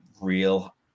real